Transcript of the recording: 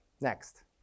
Next